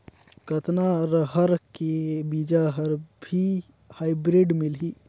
कतना रहर के बीजा हर भी हाईब्रिड मिलही?